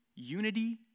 Unity